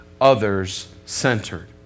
others-centered